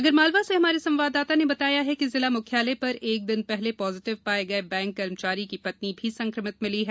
आगरमालवा से हमारे संवाददाता ने बताया है कि जिला मुख्यालय पर एक दिन पहले पॉजिटिव पाये गये बैंक कर्मचारी की पत्नी भी संक्रमित मिली है